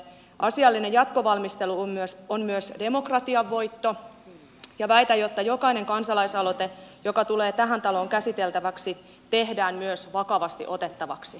asiallinen jatkovalmistelu on myös demokratian voitto ja väitän että jokainen kansalaisaloite joka tulee tähän taloon käsiteltäväksi tehdään myös vakavasti otettavaksi